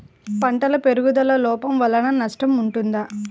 పంటల పెరుగుదల లోపం వలన నష్టము ఉంటుందా?